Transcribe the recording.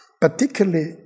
particularly